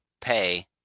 pay